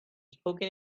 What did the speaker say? spoken